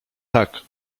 tak